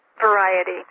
variety